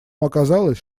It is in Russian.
оказалось